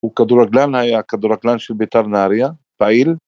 הוא כדורגלן היה, כדורגלן של ביתר נהריה, פעיל.